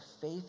faith